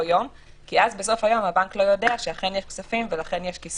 יום כי אז בסוף היום הבנק לא יודע שאכן יש כספים ויש כיסוי.